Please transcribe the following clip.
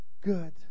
good